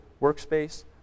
workspace